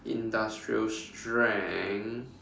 industrial strength